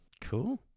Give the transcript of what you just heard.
Cool